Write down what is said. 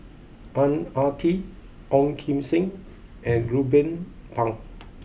Ang Ah Tee Ong Kim Seng and Ruben Pang